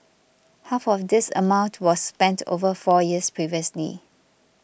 half of this amount was spent over four years previously